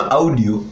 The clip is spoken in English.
audio